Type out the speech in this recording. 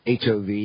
HOV